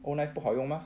knife 不好用 mah